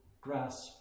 grasp